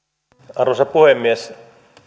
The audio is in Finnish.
arvoisa puhemies